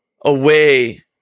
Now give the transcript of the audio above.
away